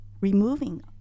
removing